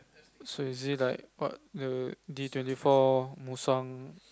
so is it like what the D twenty four Mustang